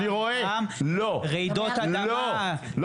אני רואה ----- כמו רעידות אדמה --- לא.